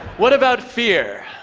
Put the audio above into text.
what about fear?